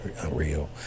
unreal